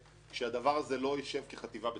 שזה לא יישב כחטיבה בתוך רמ"י.